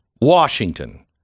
Washington